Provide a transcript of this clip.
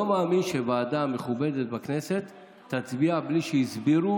לא מאמין שוועדה מכובדת בכנסת תצביע בלי שהסבירו